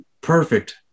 perfect